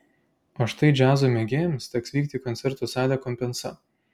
o štai džiazo mėgėjams teks vykti į koncertų salę compensa